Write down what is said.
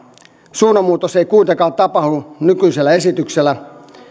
suunnanmuutos ei kuitenkaan tapahdu nykyisellä esityksellä